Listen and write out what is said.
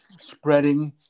spreading